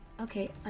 Okay